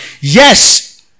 yes